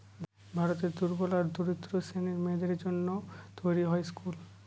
ভারতের দুর্বল আর দরিদ্র শ্রেণীর মেয়েদের জন্য তৈরী হয় স্কুল